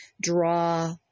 draw